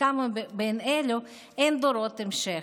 לכמה מאלה אין דור המשך?